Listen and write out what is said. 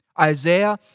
Isaiah